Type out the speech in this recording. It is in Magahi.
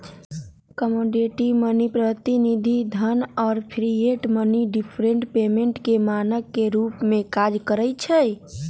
कमोडिटी मनी, प्रतिनिधि धन आऽ फिएट मनी डिफर्ड पेमेंट के मानक के रूप में काज करइ छै